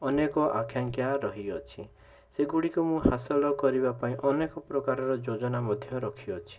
ଅନେକ ଆକାଂକ୍ଷା ରହିଅଛି ସେଗୁଡ଼ିକ ମୁଁ ହାସଲ କରିବା ପାଇଁ ଅନେକ ପ୍ରକାରର ଯୋଜନା ମଧ୍ୟ ରଖିଅଛି